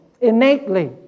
innately